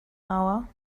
hour